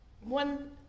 One